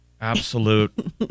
Absolute